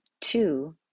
two